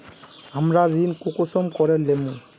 हमरा ऋण कुंसम करे लेमु?